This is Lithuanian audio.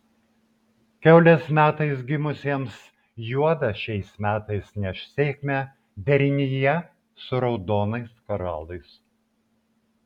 kiaulės metais gimusiems juoda šiais metais neš sėkmę derinyje su raudonais koralais